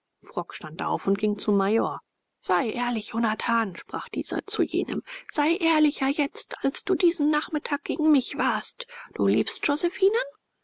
frock stand auf und ging zum major sei ehrlicher jonathan sprach dieser zu jenem sei ehrlicher jetzt als du diesen nachmittag gegen mich warst du liebst josephinen